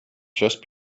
just